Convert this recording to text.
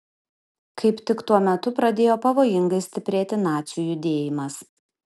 kaip tik tuo metu pradėjo pavojingai stiprėti nacių judėjimas